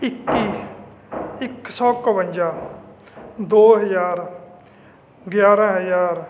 ਇੱਕੀ ਇੱਕ ਸੌ ਇੱਕਵੰਜਾ ਦੋ ਹਜ਼ਾਰ ਗਿਆਰਾਂ ਹਜ਼ਾਰ